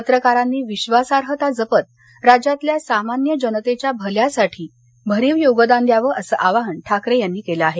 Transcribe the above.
पत्रकारांनी विश्वासार्हता जपत राज्यातल्या सामान्य जनतेघ्या भल्यासाठी भरीव योगदान द्यावं असं आवाहन ठाकरे यांनी केलं आहे